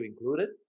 included